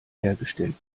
hergestellt